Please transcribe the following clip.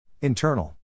Internal